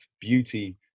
beauty